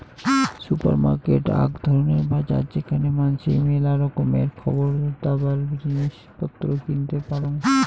supermarket আক ধরণের বাজার যেখানে মানাসি মেলা রকমের খাবারদাবার, জিনিস পত্র কিনতে পারং